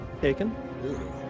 taken